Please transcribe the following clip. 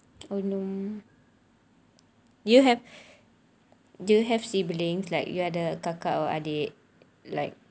you have do you have siblings like you ada kakak or adik like